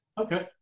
Okay